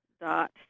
dot